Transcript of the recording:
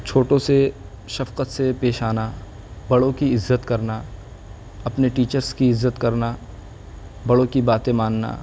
چھوٹوں سے شفقت سے پیش آنا بڑوں کی عزت کرنا اپنے ٹیچرز کی عزت کرنا بڑوں کی باتیں ماننا